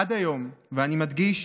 עד היום, ואני מדגיש,